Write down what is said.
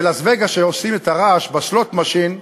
בלאס-וגאס, כשעושים את הרעש ב-slot machine,